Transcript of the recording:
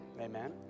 Amen